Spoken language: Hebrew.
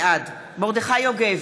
בעד מרדכי יוגב,